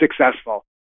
successful